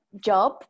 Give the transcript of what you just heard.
job